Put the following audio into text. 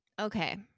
Okay